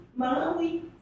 Malawi